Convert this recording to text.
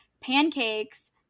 pancakes